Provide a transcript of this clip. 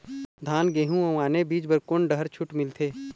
धान गेहूं अऊ आने बीज बर कोन डहर छूट मिलथे?